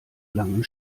langen